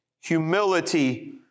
humility